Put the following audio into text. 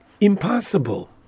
impossible